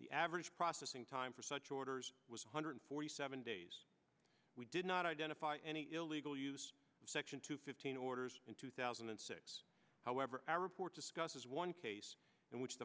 the average processing time for such orders was hundred forty seven days we did not identify any illegal use section two fifteen orders in two thousand and six however our report discusses one in which the